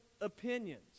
opinions